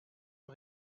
aux